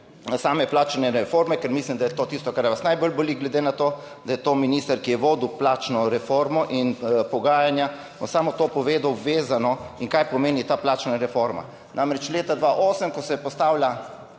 same plačne reforme, ker mislim, da je to tisto, kar vas najbolj boli, glede na to, da je to minister, ki je vodil plačno reformo in pogajanja. Bom samo to povedal, vezano. In kaj pomeni ta plačna reforma. Namreč, leta 2008, ko se je postavila